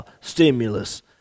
stimulus